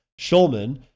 Shulman